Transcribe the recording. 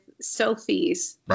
Sophie's